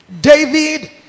David